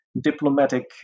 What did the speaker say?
diplomatic